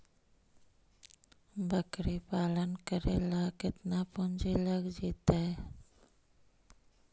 बकरी पालन करे ल केतना पुंजी लग जितै?